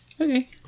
Okay